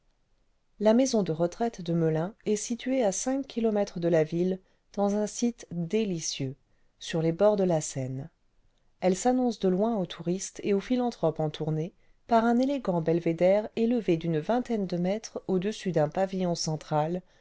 la maison de retraite cle melun est située à cinq kilomètres de la ville clans un site délicieux stir les bords de la seine elle s'annonce de loin au touriste et au philanthrope en tournée par un élégant belvédère élevé d'une vingtaine de mètres au-dessus d'un pavillon central